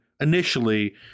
initially